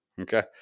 Okay